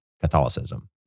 Catholicism